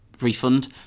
Refund